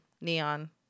Neon